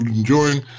enjoying